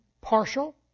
partial